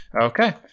Okay